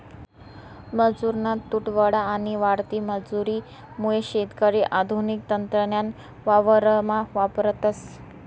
मजुरना तुटवडा आणि वाढती मजुरी मुये शेतकरी आधुनिक तंत्रज्ञान वावरमा वापरतस